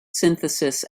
synthesis